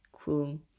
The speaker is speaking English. Cool